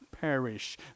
perish